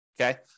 okay